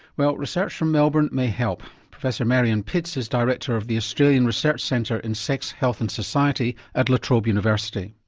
well research from melbourne may help. professor marian pitts is director of the australian research centre in sex, health and society at la trobe university.